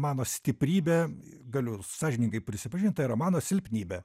mano stiprybė galiu sąžiningai prisipažint tai yra mano silpnybė